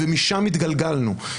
ומשם התגלגלנו.